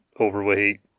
overweight